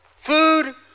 Food